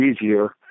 easier